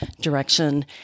direction